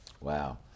Wow